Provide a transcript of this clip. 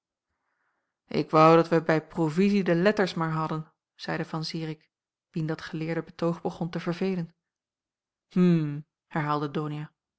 ik woû dat wij bij provizie de letters maar hadden zeide van zirik wien dat geleerde betoog begon te verveelen hm herhaalde donia